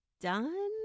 done